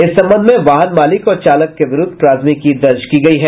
इस संबंध में वाहन मालिक और चालक के विरुद्ध प्राथमिकी दर्ज की गयी है